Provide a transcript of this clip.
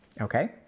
Okay